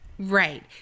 right